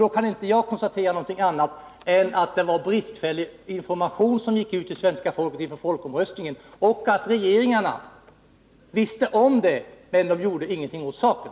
Då kan inte jag konstatera någonting annat än att det var en bristfällig information som gick ut till svenska folket inför folkomröstningen. Och regeringarna visste om det, men de gjorde ingenting åt saken.